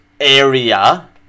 area